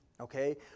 Okay